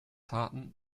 harten